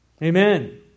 Amen